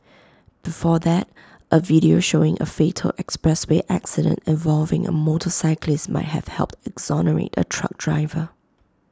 before that A video showing A fatal expressway accident involving A motorcyclist might have helped exonerate A truck driver